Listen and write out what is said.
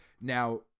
now